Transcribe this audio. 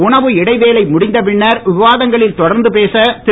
உணவு இடைவேளை முடிந்த பின்னர் விவாதங்களில் தொடர்ந்து பேச திரு